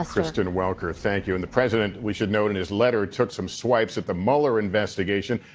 kristen welker, thank you. and the president we should note in his letter took some swipes at the mueller investigation,